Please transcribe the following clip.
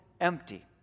empty